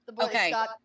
Okay